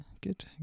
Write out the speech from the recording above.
good